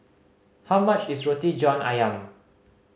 how much is Roti John Ayam